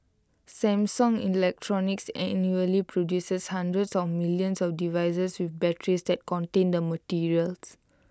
Samsung electronics annually produces hundreds of millions of devices with batteries that contain the materials